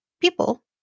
people